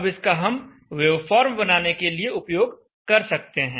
अब इसका हम वेवफॉर्म बनाने के लिए उपयोग कर सकते हैं